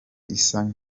isa